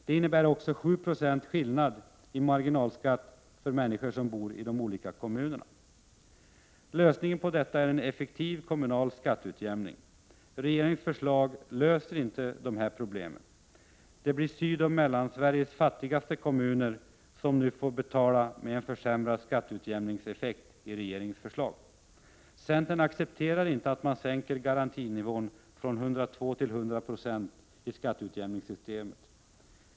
Det innebär också 7 90 skillnad i marginalskatt för människor som bor i de olika kommunerna. Lösningen på detta är en effektiv kommunal skatteutjämning. Regeringens förslag löser inte dessa problem. Det blir Sydoch Mellansveriges fattigaste kommuner som får betala med en försämrad skatteutjämningseffekt i regeringens förslag. Centern accepterar inte att man sänker garantini vån från 102 till 100 96 i skatteutjämningssystemet.